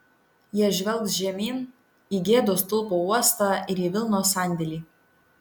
jie žvelgs žemyn į gėdos stulpo uostą ir į vilnos sandėlį